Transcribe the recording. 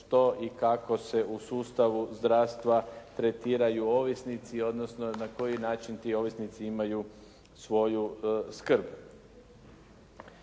što i kako se u sustavu zdravstva tretiraju ovisnici odnosno na koji način ti ovisnici imaju svoju skrb.